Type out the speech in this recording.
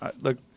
look